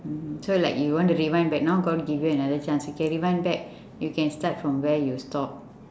so like you want to rewind back now god give you another chance you can rewind back you can start from where you stop